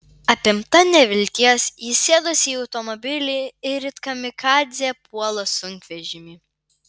apimta nevilties ji sėdasi į automobilį ir it kamikadzė puola sunkvežimį